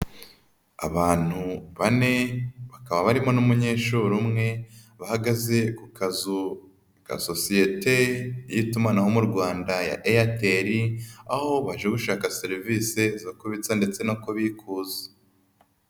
Abantu bane bakaba barimo n'umunyeshuri umwe, bahagaze ku kazu ka sosiyete y'itumanaho mu Rwanda ya Airtel, aho baje gushaka serivisi zo kubitsa ndetse no kubikuza.